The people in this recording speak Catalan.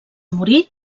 morir